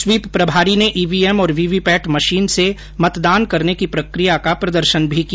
SVEEP प्रभारी ने EVM और वीवीपैट मशीन से मतदान करने की प्रक्रिया का प्रदर्शन भी किया